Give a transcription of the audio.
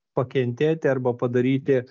pakentėti arba padaryti